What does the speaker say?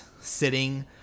sitting